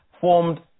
formed